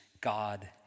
God